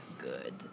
Good